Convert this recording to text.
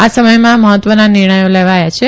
આ સમયમાં મહત્વના નિર્ણયો લેવાયા છે